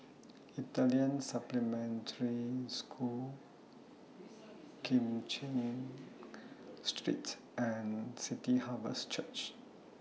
Italian Supplementary School Kim Cheng Street and City Harvest Church